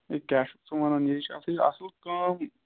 یے کیٛاہ چھُکھ ژٕ وَنان یے چھِ اَتھٕے اَصٕل کٲم